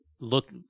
Look